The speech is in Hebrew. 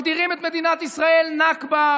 מגדירים את מדינת ישראל נכבה,